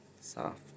soft